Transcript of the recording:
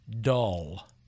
Dull